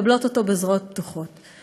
ומקבלות אותו בזרועות פתוחות.